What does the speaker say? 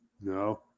No